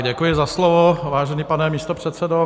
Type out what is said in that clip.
Děkuji za slovo, vážený pane místopředsedo.